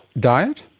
diet?